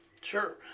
Sure